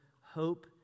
hope